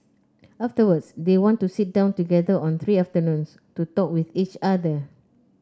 afterwards they want to sit down together on three afternoons to talk with each other